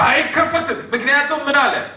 i don't know what